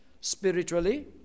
spiritually